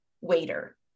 waiter